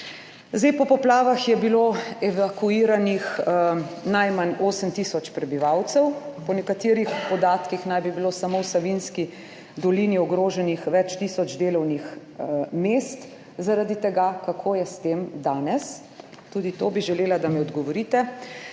Zdaj po poplavah je bilo evakuiranih najmanj 8 tisoč prebivalcev, po nekaterih podatkih naj bi bilo samo v Savinjski dolini ogroženih več tisoč delovnih mest, zaradi tega, kako je s tem danes? Tudi to bi želela, da mi odgovorite.